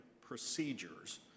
procedures